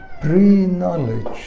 pre-knowledge